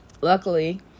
Luckily